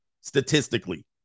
statistically